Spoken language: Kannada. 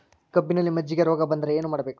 ಕಬ್ಬಿನಲ್ಲಿ ಮಜ್ಜಿಗೆ ರೋಗ ಬಂದರೆ ಏನು ಮಾಡಬೇಕು?